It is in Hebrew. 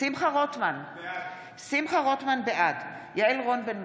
שמחה רוטמן, בעד יעל רון בן משה,